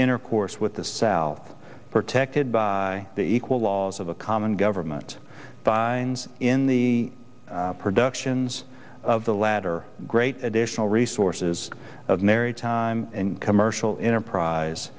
intercourse with the south protected by the equal laws of the common government in the productions of the latter great additional resources of maritime commercial enterprise